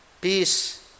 peace